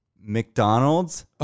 McDonald's